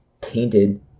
tainted